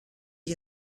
ich